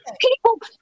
People